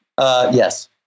Yes